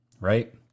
right